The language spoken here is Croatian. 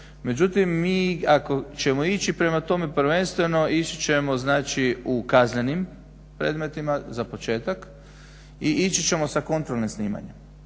Međutim mi ako ćemo ići prema tome prvenstveno ići ćemo znači u kaznenim predmetima za početak i ići ćemo sa kontrolnim snimanjem.